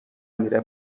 میره